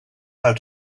how